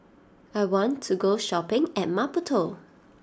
I want to go shopping in Maputo